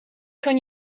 kan